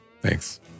Thanks